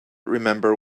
remember